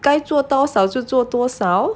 该做多少就做多少